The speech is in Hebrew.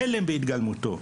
חלם בהתגלמותו.